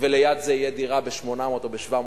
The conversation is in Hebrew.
וליד תהיה דירה ב-800,000 או ב-700,000.